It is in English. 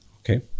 Okay